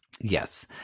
yes